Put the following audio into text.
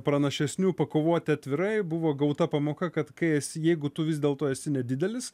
pranašesniu pakovoti atvirai buvo gauta pamoka kad kai esi jeigu tu vis dėlto esi nedidelis